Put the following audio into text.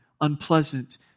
unpleasant